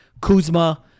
Kuzma